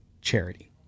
charity